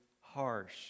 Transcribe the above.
harsh